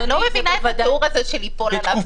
אני לא מבינה את התיאור הזה של ליפול עליו.